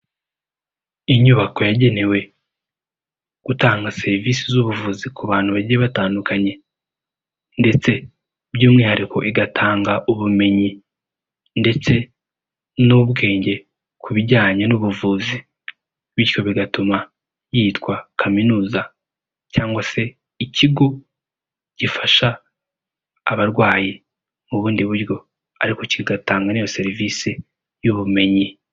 Inyubako yagenewe utanga serivisi z'ubuvuzi ku bantu bagiye batandukanye ndetse by'umwihariko igatanga ubumenyi ndetse n'ubwenge ku bijyanye n'ubuvuzi, bityo bigatuma yitwa kaminuza cyangwa se ikigo gifasha abarwayi mu bundi buryo ariko kidatanga n'iyo serivisi y'ubumenyi.